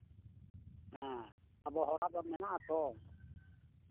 ᱦᱮᱸ ᱟᱵᱚ ᱦᱚᱲᱟᱜ ᱫᱚ ᱢᱮᱱᱟᱜ ᱟᱛᱚ